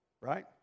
right